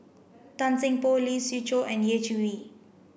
Tan Seng Poh Lee Siew Choh and Yeh Chi Wei